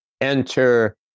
enter